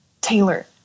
Taylor